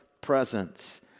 presence